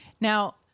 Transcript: Now